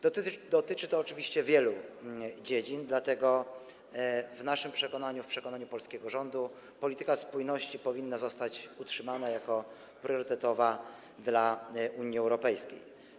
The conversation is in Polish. Dotyczy to oczywiście wielu dziedzin, dlatego w naszym przekonaniu, w przekonaniu polskiego rządu, polityka spójności powinna zostać utrzymana jako priorytetowa dla Unii Europejskiej.